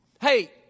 Hey